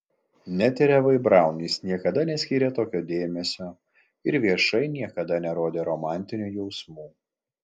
net ir evai braun jis niekada neskyrė tokio dėmesio ir viešai niekada nerodė romantinių jausmų